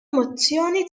mozzjoni